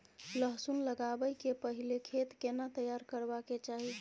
लहसुन लगाबै के पहिले खेत केना तैयार करबा के चाही?